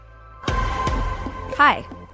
Hi